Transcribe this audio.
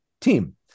team